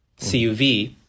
cuv